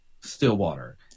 Stillwater